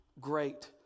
great